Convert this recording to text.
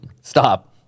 Stop